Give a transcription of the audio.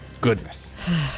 Goodness